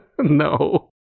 No